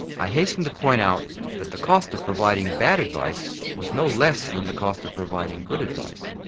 i hasten to point out that the cost of providing bad advice was no less than the cost of providing good advice.